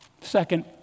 Second